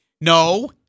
No